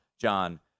John